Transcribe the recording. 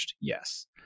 yes